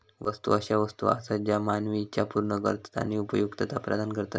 वस्तू अशा वस्तू आसत ज्या मानवी इच्छा पूर्ण करतत आणि उपयुक्तता प्रदान करतत